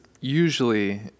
usually